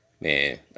man